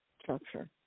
structure